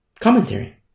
Commentary